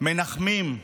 מנחמים,